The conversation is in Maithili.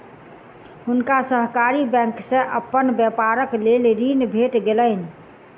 हुनका सहकारी बैंक से अपन व्यापारक लेल ऋण भेट गेलैन